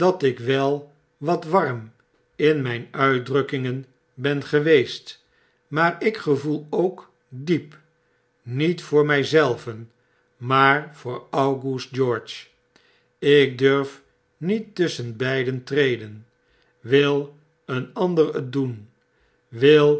dat ik wel wat warm in mijn uitdrukkingen ben geweest maar ik gevoel ook diep niet voor my zelven maar voor august george ik durf niet tusschen beiden treden wil een ander het doen wil